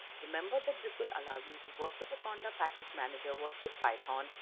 remember that this will allow you to work with the conda package manager, work with python,